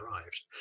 arrived